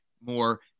more